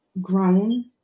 grown